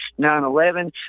9-11